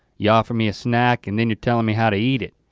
you offer me a snack and then you're telling me how to eat it,